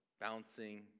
bouncing